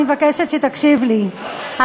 אני מבקשת שתקשיב לי,